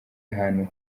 ahantu